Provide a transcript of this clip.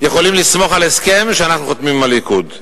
יכולים לסמוך על הסכם שאנחנו חותמים עם הליכוד?